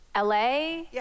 LA